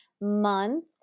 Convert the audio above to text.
Month